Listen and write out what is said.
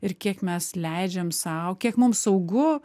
ir kiek mes leidžiam sau kiek mum saugu